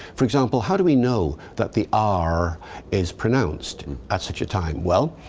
for example, how do we know that the r is pronounced at such a time? well,